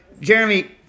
Jeremy